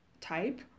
type